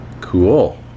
cool